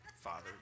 Father